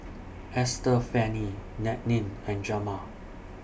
Estefany Nannette and Jamaal